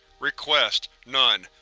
request none,